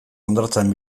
hondartzan